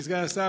אדוני סגן השר,